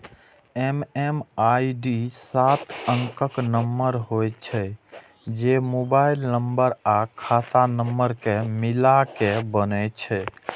MMID सात अंकक number होइ छै, जे मोबाइल नंबर आ खाता नंबर कें मिलाके बनै छै